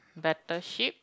Battleship